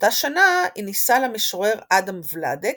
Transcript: באותה שנה היא נישאה למשורר אדם ולאדק,